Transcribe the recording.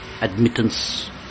admittance